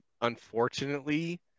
unfortunately